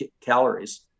calories